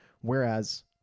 whereas